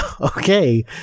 Okay